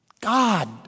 God